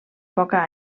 poca